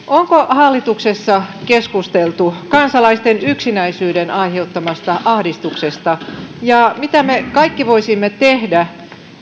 hallituksessa keskusteltu kansalaisten yksinäisyyden aiheuttamasta ahdistuksesta mitä me kaikki voisimme tehdä